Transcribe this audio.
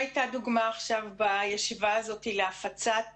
עכשיו, בישיבה הזאת, הייתה דוגמה להפצת